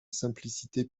simplicité